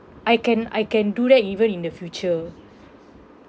I can I can do that even in the future